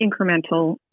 incremental